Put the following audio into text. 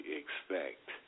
expect